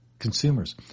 consumers